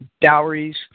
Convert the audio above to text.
dowries